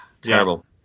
Terrible